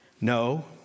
No